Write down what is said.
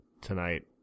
tonight